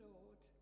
Lord